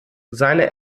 seine